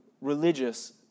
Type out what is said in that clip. religious